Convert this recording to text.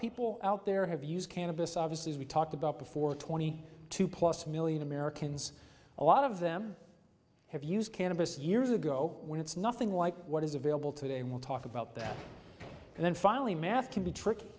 people out there have used cannabis obviously as we talked about before twenty two plus million americans a lot of them have used cannabis years ago when it's nothing like what is available today we'll talk about that and then finally math can be tricky